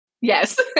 Yes